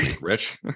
Rich